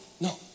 no